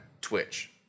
twitch